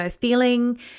feeling